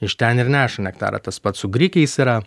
iš ten ir neša nektarą tas pats su grikiais yra